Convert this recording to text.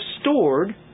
stored